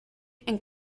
and